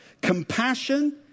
compassion